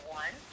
one